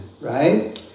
Right